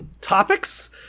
topics